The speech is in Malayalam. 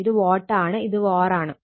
ഇത് വാട്ട് ആണ് ഇത് വാർ ആണ്